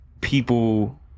people